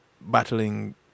battling